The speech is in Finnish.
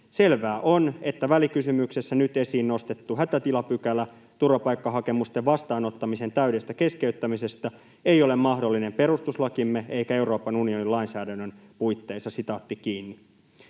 ”Selvää on, että välikysymyksessä nyt esiin nostettu hätätilapykälä turvapaikkahakemusten vastaanottamisen täydestä keskeyttämisestä ei ole mahdollinen perustuslakimme eikä Euroopan unionin lainsäädännön puitteissa.” Eli